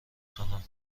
خواهم